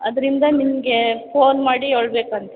ಅದರಿಂದ ನಿಮ್ಗೆ ಫೋನ್ ಮಾಡಿ ಹೇಳ್ಬೇಕಂತ